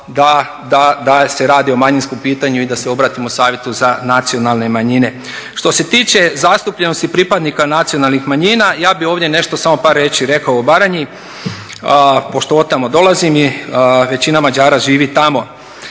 da se radi o manjinskom pitanju i da se obratimo Savjetu za nacionalne manjine. Što se tiče zastupljenosti pripadnika nacionalnih manjina ja bih ovdje nešto samo par riječi rekao o Baranji pošto otamo dolazim i većina Mađara živi tamo.